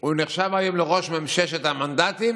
הוא נחשב היום לראש ממששת המנדטים,